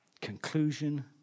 Conclusion